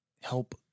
help